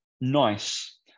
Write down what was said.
nice